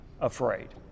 afraid